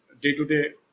day-to-day